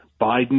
Biden